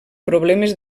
problemes